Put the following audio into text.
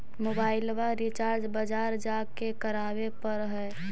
मोबाइलवा रिचार्ज बजार जा के करावे पर है?